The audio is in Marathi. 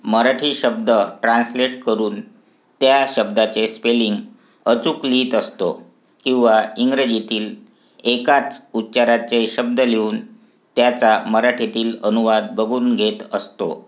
मराठी शब्द ट्रान्सलेट करून त्या शब्दाचे स्पेलिंग अचूक लिहीत असतो किंवा इंग्रजीतील एकाच उच्चाराचे शब्द लिहून त्याचा मराठीतील अनुवाद बघून घेत असतो